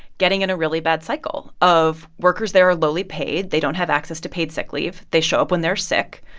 getting in a really bad cycle of workers there are lowly paid. they don't have access to paid sick leave. they show up when they're sick.